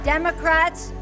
Democrats